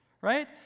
right